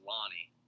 Lonnie